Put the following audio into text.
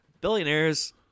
Billionaires